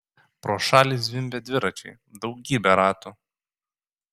pro šalį zvimbė dviračiai daugybė ratų